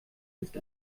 ist